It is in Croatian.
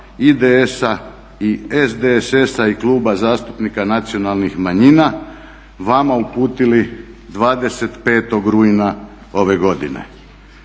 IDS-a i SDSS-a i Kluba zastupnik nacionalnih manjina vama uputili 25. rujna ove godine.